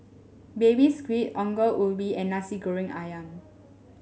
Baby Squid Ongol Ubi and Nasi Goreng ayam